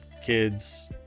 kids